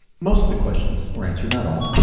most of the questions were answered, not all.